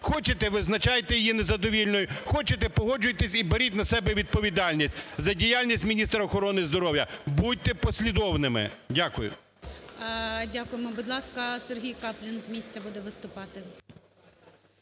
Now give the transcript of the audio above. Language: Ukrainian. Хочете – визначайте її незадовільною, хочете – погоджуйтесь і беріть на себе відповідальність за діяльність міністра охорони здоров'я, будьте послідовними. Дякую. ГОЛОВУЮЧИЙ. Дякуємо. Будь ласка, Сергій Каплін з місця буде виступати.